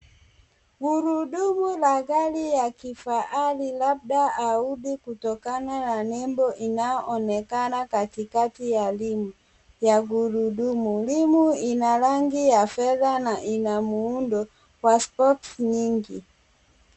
Gurudumu la gari ya kifahari labda Audi kutokana na nembo inayoonekana katikati ya rimuya gurudumu. Rimu ina rangi ya fedha na ina muundo wa spoks nyingi.